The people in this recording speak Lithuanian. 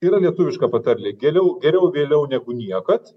yra lietuviška patarlė geriau geriau vėliau negu niekad